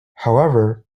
however